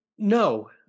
No